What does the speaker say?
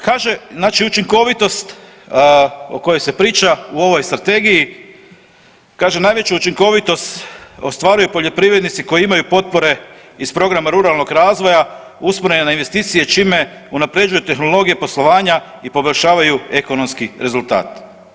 Kaže, znači učinkovitost o kojoj se priča u ovoj strategiji, kaže najveću učinkovitost ostvaruju poljoprivrednici koji imaju potpore iz programa ruralnog razvoja usmjerene na investicije čime unapređuju tehnologije poslovanja i poboljšavaju ekonomski rezultat.